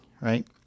right